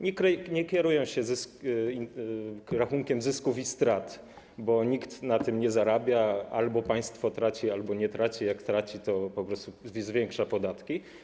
Nie kierują się rachunkiem zysków i strat, bo nikt na tym nie zarabia - albo państwo traci, albo nie traci, jak traci to po prostu zwiększa podatki.